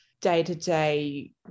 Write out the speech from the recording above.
day-to-day